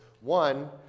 One